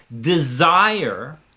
desire